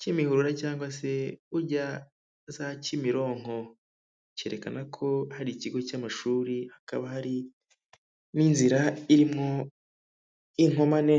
Kimihurura, cyangwa se ujya za Kimironko, cyerekana ko hari ikigo cy'amashuri, hakaba hari n'inzira irimo inkomane.